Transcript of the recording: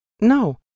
No